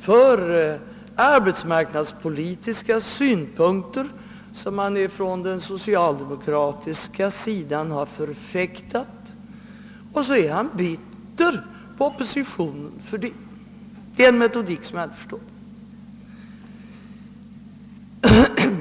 för de arbetsmarknadspolitiksa synpunkter som man från den socialdemokratiska sidan har förfäktat, och så är han bitter på oppositionen. Det är en metodik som jag inte förstår.